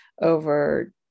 over